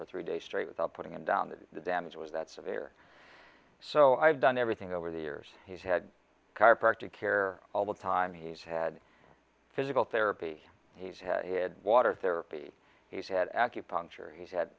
for three days straight without putting him down that the damage was that severe so i've done everything over the years he's had chiropractor care all the time he's had physical therapy he's headwater therapy he's had acupuncture he's had